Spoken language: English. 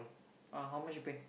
uh how much you pay